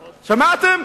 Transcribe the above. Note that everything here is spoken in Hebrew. שמעתם?